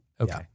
Okay